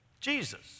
Jesus